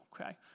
okay